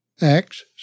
Acts